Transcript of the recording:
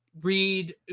Read